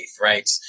right